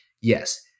yes